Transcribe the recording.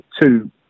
two